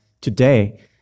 today